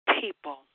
people